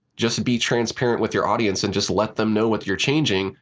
just be transparent with your audience and just let them know what you're changing,